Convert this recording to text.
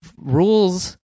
rules